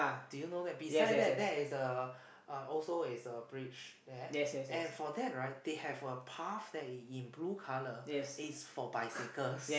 do you know that beside that that is a also is a bridge there and for that right they have a path that in blue colour is for bicycles